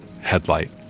headlight